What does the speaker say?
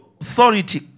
authority